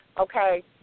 Okay